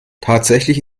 tatsächlich